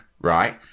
right